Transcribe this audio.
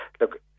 Look